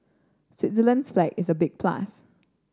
Switzerland's flag is a big plus